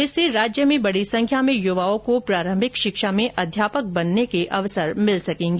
इससे प्रदेश में बड़ी संख्या में युवाओं को प्रारंभिक शिक्षा में अध्यापक बनने के अवसर मिल सकेगा